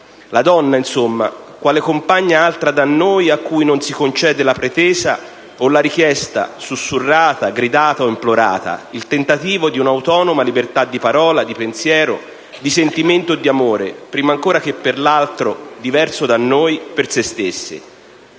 la donna, insomma, quale compagna altra da noi, a cui non si concede la pretesa, o la richiesta, sussurrata, gridata o implorata, il tentativo di un'autonoma libertà di parola, di pensiero, di sentimento o di amore, prima ancora che per l'altro, diverso da noi, per se stesse.